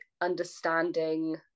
understanding